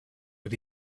but